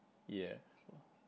yeah !wah!